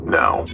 now